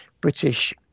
British